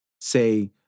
say